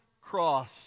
cross